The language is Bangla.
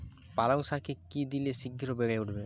পালং শাকে কি দিলে শিঘ্র বেড়ে উঠবে?